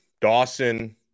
Dawson